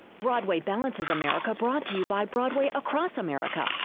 broadway balances america brought to you by broadway across america.